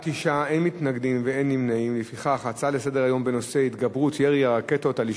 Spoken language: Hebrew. נמנעים, אין ההצעה להעביר את הנושא לוועדת החוץ